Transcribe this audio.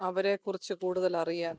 അവരെ കുറിച്ച് കൂടുതൽ അറിയാൻ